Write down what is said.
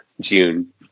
June